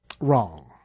wrong